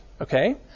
okay